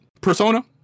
Persona